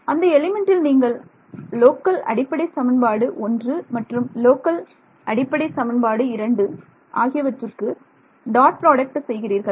அந்த எலிமெண்ட்டில் நீங்கள் லோக்கல் அடிப்படை சமன்பாடு 1 மற்றும் லோக்கல் அடிப்படை சமன்பாடு 2 ஆகியவற்றுக்கு டாட் ப்ராடக்ட் செய்கிறீர்கள்